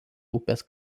upės